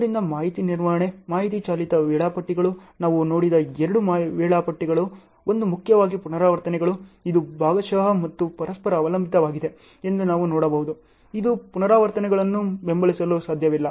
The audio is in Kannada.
ಆದ್ದರಿಂದ ಮಾಹಿತಿ ನಿರ್ವಹಣೆ ಮಾಹಿತಿ ಚಾಲಿತ ವೇಳಾಪಟ್ಟಿಗಳು ನಾವು ನೋಡಿದ ಎರಡು ವೇಳಾಪಟ್ಟಿಗಳು ಒಂದು ಮುಖ್ಯವಾಗಿ ಪುನರಾವರ್ತನೆಗಳು ಇದು ಭಾಗಶಃ ಮತ್ತು ಪರಸ್ಪರ ಅವಲಂಬಿತವಾಗಿದೆ ಎಂದು ನಾನು ನೋಡಬಹುದು ಇದು ಪುನರಾವರ್ತನೆಗಳನ್ನು ಬೆಂಬಲಿಸಲು ಸಾಧ್ಯವಿಲ್ಲ